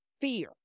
fear